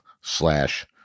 slash